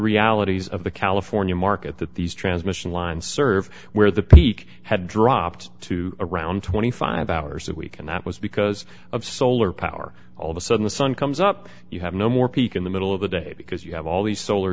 realities of the california market that these transmission lines serve where the peak had dropped to around twenty five hours a week and that was because of solar power all of a sudden the sun comes up you have no more peak in the middle of the day because you have all these solar